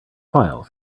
file